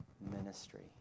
ministry